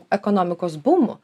ekonomikos bumu